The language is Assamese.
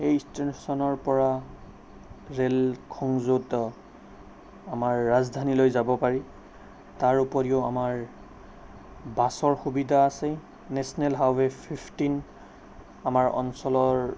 এই ষ্টেচনৰপৰা ৰে'লখন য'ত আমাৰ ৰাজধানীলৈ যাব পাৰি তাৰ উপৰিও আমাৰ বাছৰ সুবিধা আছে নেশ্যনেল হাইৱে' ফিফটিন আমাৰ অঞ্চলৰ